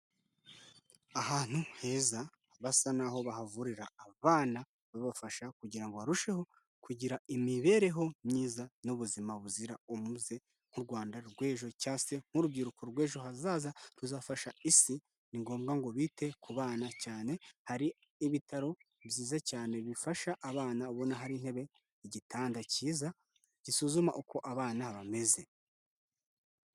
Ahantu heza basa n'aho bahavurira abana, babafasha kugira ngo barusheho kugira imibereho myiza n'ubuzima buzira umuze, nk'u Rwanda rw'ejo cyangwa se nk'urubyiruko rw'ejo hazaza, ruzafasha isi, ni ngombwa ngo bite ku bana cyane, hari ibitaro byiza cyane bifasha abana ubona hari intebe, igitanda cyiza, gisuzuma uko abana bameze.